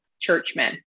churchmen